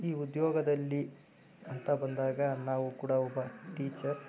ಈ ಉದ್ಯೋಗದಲ್ಲಿ ಅಂತ ಬಂದಾಗ ನಾವು ಕೂಡ ಒಬ್ಬ ಟೀಚರ್